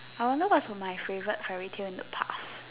I wonder what was my favourite fairy tale in the past